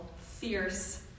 fierce